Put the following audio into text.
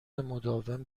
مداوم